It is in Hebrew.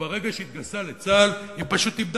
וברגע שהתגייסה לצה"ל,